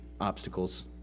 obstacles